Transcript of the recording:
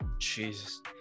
Jesus